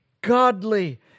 godly